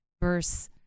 verse